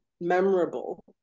memorable